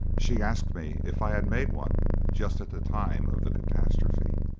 she asked me if i had made one just at the time of the catastrophe.